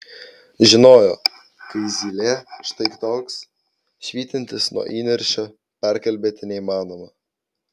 žinojo kai zylė štai toks švytintis nuo įniršio perkalbėti neįmanoma